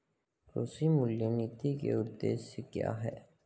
कृषि मूल्य नीति के उद्देश्य क्या है?